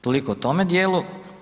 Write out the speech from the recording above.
Toliko o tome dijelu.